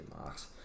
marks